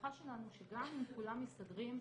ההנחה שלנו היא שגם אם כולם מסתדרים מצוין,